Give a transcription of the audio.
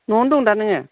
न'आवनो दं दा नोङो